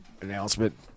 announcement